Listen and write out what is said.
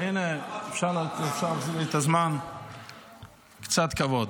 קצת כבוד.